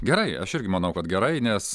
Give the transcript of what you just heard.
gerai aš irgi manau kad gerai nes